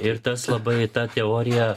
ir tas labai ta teorija